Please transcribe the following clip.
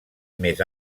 més